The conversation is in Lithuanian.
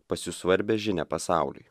pasiųs svarbią žinią pasauliui